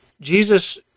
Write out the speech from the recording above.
Jesus